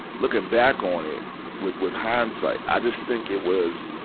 looking back on it with, with hindsight, i just think it was,